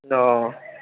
অঁ